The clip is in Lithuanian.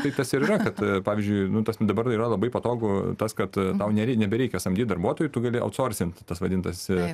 tai tas ir yra kad pavyzdžiui nu tas dabar yra labai patogu tas kad tau nebereikia samdyt darbuotojų tu gali outsourcint vadintas